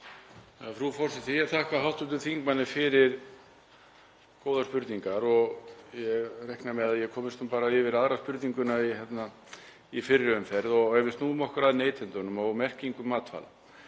Frú forseti. Ég vil þakka hv. þingmanni fyrir góðar spurningar og ég reikna með að ég komist nú bara yfir aðra spurninguna í fyrri umferð. Ef við snúum okkur að neytendunum og merkingu matvæla